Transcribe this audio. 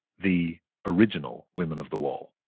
the original women of the wall